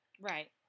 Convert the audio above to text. Right